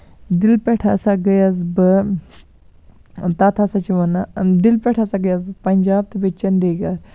دِلہِ پٮ۪ٹھ ہسا گٔیَس بہٕ تَتھ ہسا چھِ وَنان دِلہِ پٮ۪ٹھ ہسا گیَس بہٕ پَنجاب تہٕ بیٚیہِ چٔندِگڑ